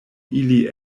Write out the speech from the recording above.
ili